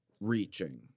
reaching